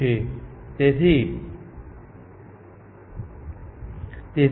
પરંતુ તમે કલ્પના કરી શકો છો કે આવી સર્ચ સ્પેસ માં આવશ્યક રીતે ગણા પુનરાવર્તનો કરવાના હોય છે